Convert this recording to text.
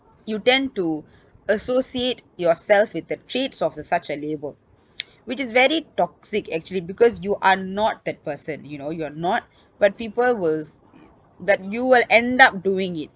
you tend to associate yourself with the traits of a such a label which is very toxic actually because you are not that person you know you're not but people will but you will end up doing it